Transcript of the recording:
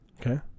Okay